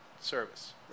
Service